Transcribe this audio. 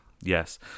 Yes